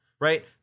right